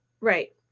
right